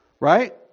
right